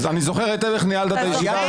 אני זוכר היטב איך ניהלת את הישיבה,